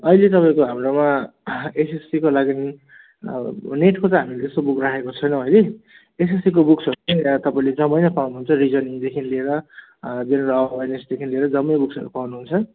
अहिले तपाईँको हाम्रोमा एसएससीको लागि नेटको त हामीले त्यस्तो बुक राखेको छैनौँ अहिले एसएससीको बुक्सहरू चाहिँ यहाँ तपाईँले जम्मै पाउनुहुन्छ रिजनिङदेखि लिएर जेनरल अवेरनेसदेखि लिएर जम्मै बुक्सहरू पाउनुहुन्छ